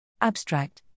Abstract